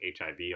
hiv